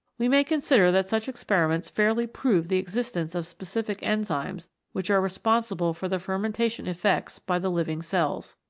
we may consider that such experiments fairly prove the existence of specific enzymes which are responsible for the fermentation effects by the living cells.